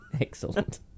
Excellent